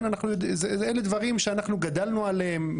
אלה דברים שאנחנו גדלנו עליהם.